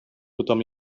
tothom